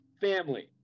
family